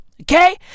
Okay